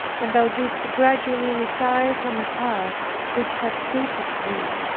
and thou didst gradually retire from a heart which had quitted thee.